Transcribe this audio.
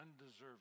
undeserved